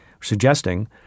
suggesting